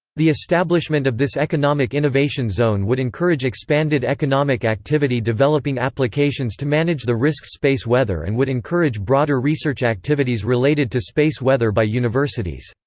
the establishment of this economic innovation zone would encourage expanded economic activity developing applications to manage the risks space weather and would encourage broader research activities related to space weather by universities.